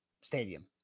Stadium